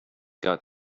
got